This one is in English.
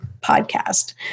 podcast